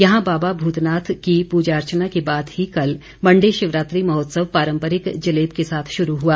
यहां बाबा भूतनाथ की पूजा अर्चना के बाद ही कल मंडी शिवरात्रि महोत्सव पारंपरिक जलेब के साथ शुरू होगा